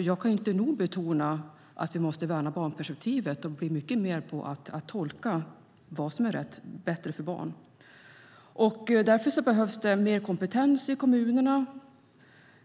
Jag kan inte nog betona att vi måste värna barnperspektivet och bli mycket bättre på att tolka vad som är bäst för barnen. Därför behövs det mer kompetens i kommunerna